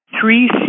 Three